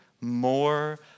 more